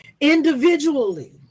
Individually